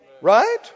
Right